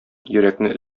йөрәкне